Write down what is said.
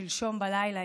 שלשום בלילה,